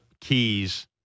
keys